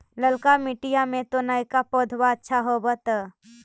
ललका मिटीया मे तो नयका पौधबा अच्छा होबत?